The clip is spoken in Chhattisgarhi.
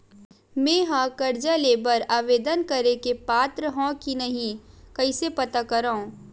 मेंहा कर्जा ले बर आवेदन करे के पात्र हव की नहीं कइसे पता करव?